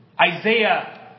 Isaiah